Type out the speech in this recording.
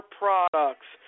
products